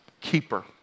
keeper